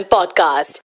Podcast